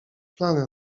plany